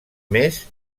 més